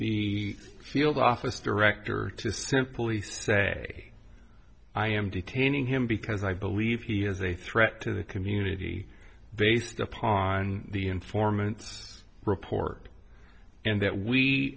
the field office director to simply say i am detaining him because i believe he is a threat to the community based upon the informant report and that we